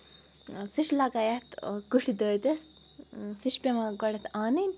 سُہ چھُ لگان یتھ کٔٹھۍ دٲدِس سُہ چھُ پیوان گۄڈٕنٮ۪تھ انٕنۍ